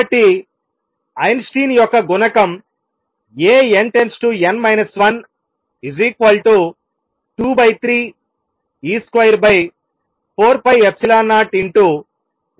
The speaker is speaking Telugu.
కాబట్టి ఐన్స్టీన్ యొక్క గుణకం A n →n 1 23 e2 4ε0ω mC3n